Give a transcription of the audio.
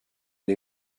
une